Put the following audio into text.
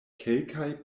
kelkaj